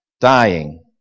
Dying